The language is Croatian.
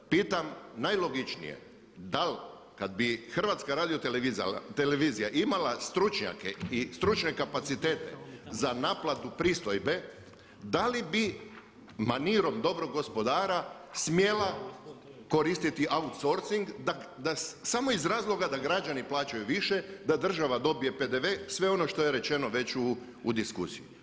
Pitam najlogičnije dal kada bi HRT imala stručnjake i stručne kapacitete za naplatu pristojbe, da li bi manirom dobrog gospodara smjela koristiti outsourcing samo iz razloga da građani plaćaju više, da država dobije PDV sve ono što je već rečeno u diskusiji?